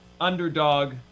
underdog